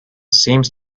seems